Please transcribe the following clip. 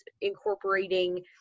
incorporating